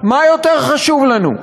מה יותר חשוב לנו: